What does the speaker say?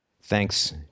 Thanks